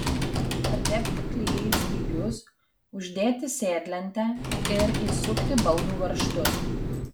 patepti klijais dygius uždėti sėdlentę ir įsukti baldų varžtus